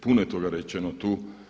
Puno je toga rečeno tu.